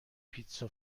پیتزا